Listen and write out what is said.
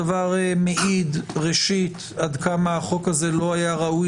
הדבר מעיד ראשית עד כמה החוק הזה לא היה ראוי